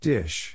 Dish